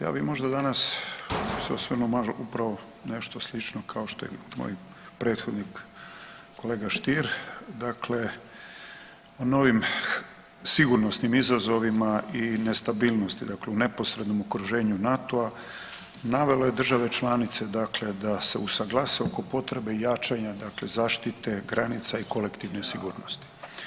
Ja bi možda danas se osvrnuo upravo nešto slično kao što je i moj prethodnik kolega Stier, dakle, u novim sigurnosnim izazovima i nestabilnosti, dakle u neposrednom okruženju NATO-a, navelo je države članice dakle da se usuglase oko potrebe jačanja dakle zaštite granica i kolektivne sigurnosti.